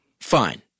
fine